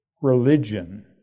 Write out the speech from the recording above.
religion